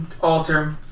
alter